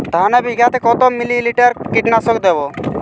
ধানে বিঘাতে কত মিলি লিটার কীটনাশক দেবো?